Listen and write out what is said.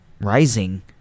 rising